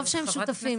טוב שהם שותפים.